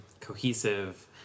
cohesive